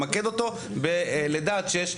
למקד אותו בלידה עד שש.